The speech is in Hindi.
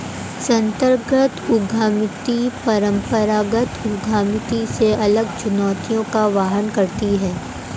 संस्थागत उद्यमिता परंपरागत उद्यमिता से अलग चुनौतियों का वहन करती है